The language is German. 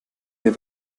wir